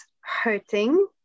hurting